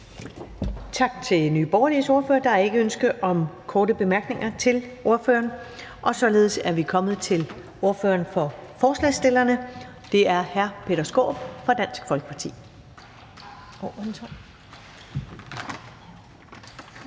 Tak til Nye Borgerliges ordfører. Der er ikke ønske om korte bemærkninger til ordføreren. Og således er vi kommet til ordføreren for forslagsstillerne, hr. Peter Skaarup fra Dansk Folkeparti.